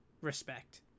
respect